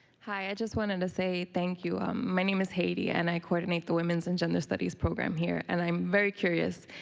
hi, i just wanted to say thank you. to um my name is helee, and i coordinate the women's and gender studies program here. and i'm very curious,